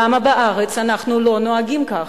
למה בארץ אנחנו לא נוהגים כך?